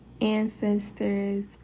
ancestors